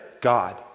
God